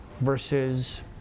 versus